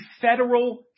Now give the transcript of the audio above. Federal